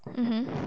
mmhmm